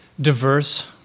diverse